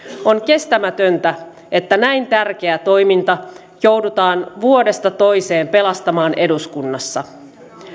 on kestämätöntä että näin tärkeä toiminta joudutaan vuodesta toiseen pelastamaan eduskunnassa